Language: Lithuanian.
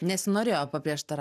nesinorėjo paprieštara